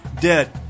dead